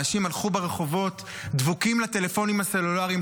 אנשים הלכו ברחובות דבוקים לטלפונים הסלולריים,